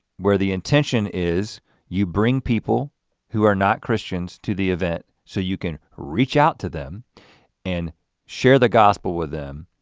where the intention is you bring people who are not christians to the event so you can reach out to them and share the gospel with them.